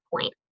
point